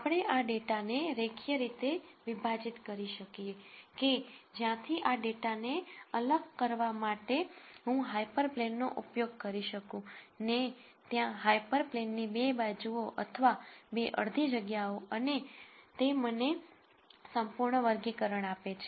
આપણે આ ડેટાને રેખીય રીતે વિભાજીત કરી શકીએ કે જ્યાંથી આ ડેટાને અલગ કરવા માટે હું હાયપરપ્લેનનો ઉપયોગ કરી શકું ને ત્યાં હાયપરપ્લેનની 2 બાજુઓ અથવા 2 અડધી જગ્યાઓ અને તે મને સંપૂર્ણ વર્ગીકરણ આપે છે